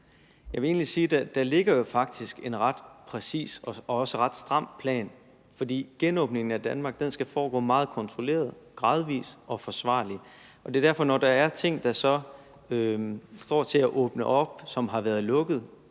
Jeg vil egentlig sige, at der jo faktisk ligger en ret præcis og også ret stram plan, fordi genåbningen af Danmark skal foregå meget kontrolleret, gradvist og forsvarligt. Og når der så er ting, der står til at åbne, og som har været lukket